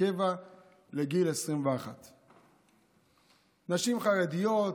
כקבע לגיל 21. נשים חרדיות,